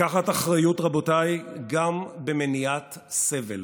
לקחת אחריות, רבותיי, גם במניעת סבל.